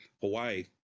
Hawaii